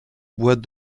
bois